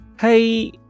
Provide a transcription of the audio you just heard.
Hey